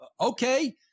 okay